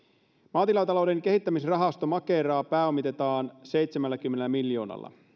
maatilatalouden kehittämisrahastoa makeraa pääomitetaan seitsemälläkymmenellä miljoonalla